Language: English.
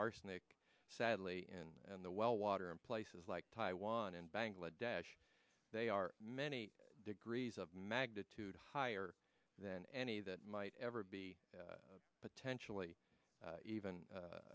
arsenic sadly and the well water in places like taiwan and bangladesh they are many degrees of magnitude higher than any that might ever be potentially even